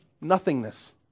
nothingness